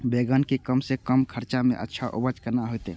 बेंगन के कम से कम खर्चा में अच्छा उपज केना होते?